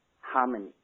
harmony